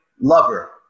lover